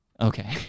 Okay